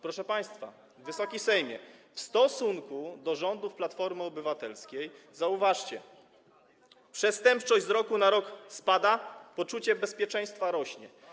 Proszę państwa, Wysoki Sejmie, w stosunku do rządów Platformy Obywatelskiej przestępczość z roku na rok spada, poczucie bezpieczeństwa rośnie.